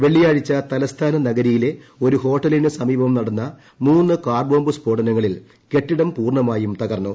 വെള്ളിയാഴ്ച തലസ്ഥാനനഗരിയിലെ ഒരു ഹോട്ടലിനു സമീപം നടന്ന ദ കാർബോംബ് സ്ഫോടനങ്ങളിൽ കെട്ടിടം പൂർണമായും തകർന്നു